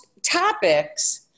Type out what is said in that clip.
topics